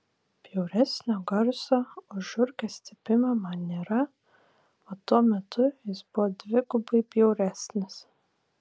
bjauresnio garso už žiurkės cypimą man nėra o tuo metu jis buvo dvigubai bjauresnis